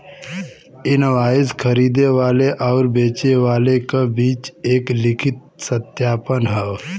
invoice खरीदे वाले आउर बेचे वाले क बीच एक लिखित सत्यापन हौ